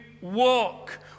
walk